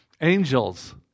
Angels